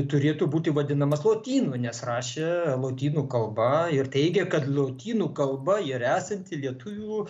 turėtų būti vadinamas lotynu nes rašė lotynų kalba ir teigė kad lotynų kalba yra esanti lietuvių